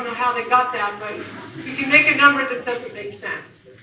how they got that but you can make a number that doesn't make sense.